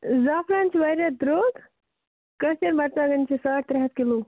زعفران چھُ واریاہ درٛۅگ کٲشِر مرژٕوانٛگن چھِ ساڑ ترٛےٚ ہَتھ کِلوٗ